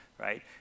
right